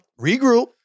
regroup